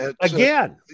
Again